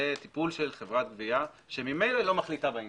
לטיפול חברת גבייה שממילא לא מחליטה בעניין,